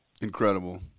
Incredible